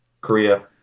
Korea